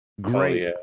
Great